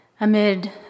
Amid